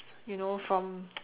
you know from